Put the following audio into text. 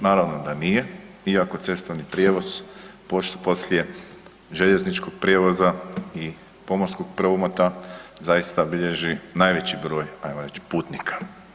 Naravno da nije iako cestovni prijevoz poslije željezničkog prijevoza i pomorskog prometa zaista bilježi najveći broj, ajmo reći, putnika.